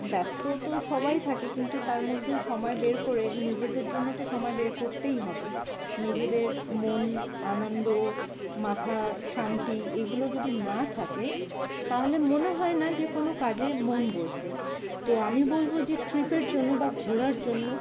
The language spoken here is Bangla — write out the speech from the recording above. ব্যস্ত তো সবাই থাকে কিন্তু তার মধ্যেও সময় বের করে নিজেদের জন্য তো সময় বের করতেই হবে নিজেদের মন আনন্দ মাথা শান্তি এগুলো যদি না থাকে তাহলে মনে হয় না যে কোনো কাজে মন বসবে তো আমি বলবো যে ট্রিপের জন্য বা ঘোরার জন্য